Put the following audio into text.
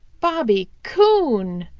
bobby coon!